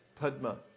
Padma